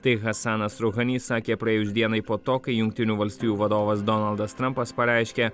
tai hasanas rohanis sakė praėjus dienai po to kai jungtinių valstijų vadovas donaldas trampas pareiškė